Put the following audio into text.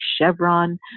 Chevron